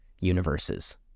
universes